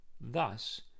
Thus